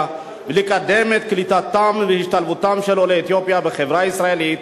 ולקדם את קליטתם והשתלבותם של עולי אתיופיה בחברה הישראלית,